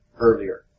earlier